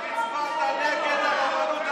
אתה בושה גדולה.